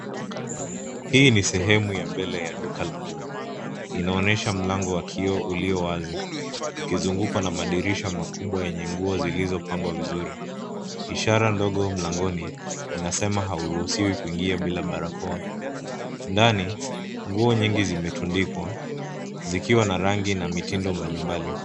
Hii ni sehemu ya mbele ya duka la nguo. Inaonyesha mlango wa kioo ulio wazi ukizungukwa na madirisha makubwa yenye nguo zilizopangwa vizuri. Ishara ndogo mlangoni inasema hauruhusiwi kuingia bila barakoa. Ndani, nguo nyingi zimetundikwa zikiwa na rangi na mitindo mbalimbali.